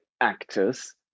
actors